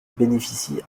bénéficient